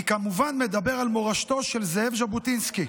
אני כמובן מדבר על מורשתו של זאב ז'בוטינסקי.